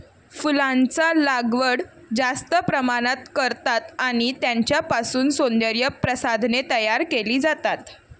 फुलांचा लागवड जास्त प्रमाणात करतात आणि त्यांच्यापासून सौंदर्य प्रसाधने तयार केली जातात